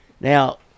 Now